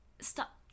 Stop